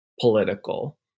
political